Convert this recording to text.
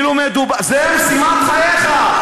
זו משימת חייך.